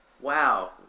Wow